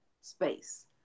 space